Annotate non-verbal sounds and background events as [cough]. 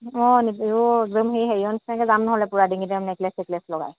অঁ [unintelligible] হেৰ একদম সেই হেৰিৰ নিচিনা যাম নহ'লে পূৰা ডিঙিতে আৰু নেকলেচ চেকলেচ লগাই